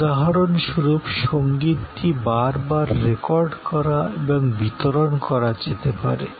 উদাহরণস্বরূপ সংগীতটি বার বার রেকর্ড করা এবং বিতরণ করা যেতে পারে